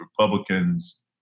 Republicans